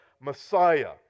Messiah